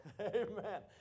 Amen